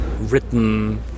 written